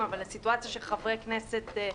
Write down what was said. בקרן פנסיה,